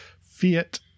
Fiat